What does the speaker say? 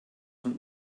von